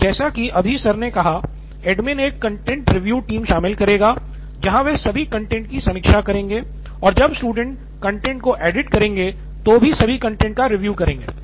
तो जैसा की अभी सर ने कहा एडमिन एक कंटेंट रिव्यू टीम शामिल करेगा जहां वे सभी कंटेंट की समीक्षा करेंगे और जब स्टूडेंट्स कॉन्टेंट को एडिट करेंगे तो भी सभी कॉन्टेंट का रिव्यू करेंगे